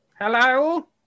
Hello